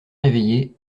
réveillé